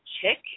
chick